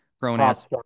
grown-ass